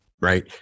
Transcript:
right